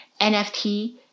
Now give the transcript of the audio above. NFT